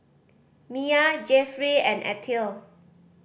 Mia Jeffrey and Ethyle